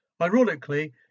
Ironically